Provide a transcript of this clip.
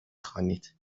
خوانید